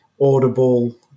Audible